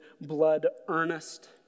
blood-earnest